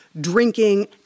Drinking